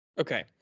Okay